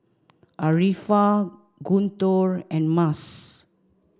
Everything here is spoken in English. Arifa Guntur and Mas